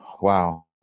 Wow